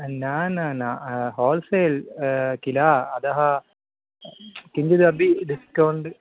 न न न होल्सेल् किल अतः किञ्चिदपि डिस्कौण्ट्